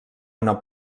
una